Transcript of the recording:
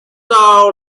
all